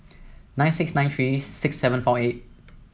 nine six nine three six seven four eight